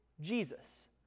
Jesus